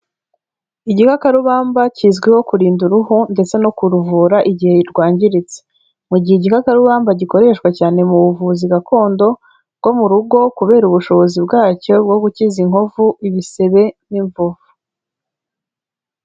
Igikakarubamba kizwiho kurinda uruhu ndetse no kuruvura igihe rwangiritse, mu gihe igikakarubamba gikoreshwa cyane mu buvuzi gakondo, bwo mu rugo kubera ubushobozi bwacyo bwo gukiza inkovu, ibisebe n'imvuvu.